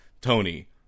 Tony